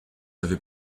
avez